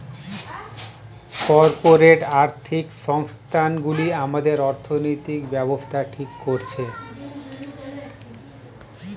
corporate আর্থিক সংস্থান গুলি আমাদের অর্থনৈতিক ব্যাবস্থা ঠিক করছে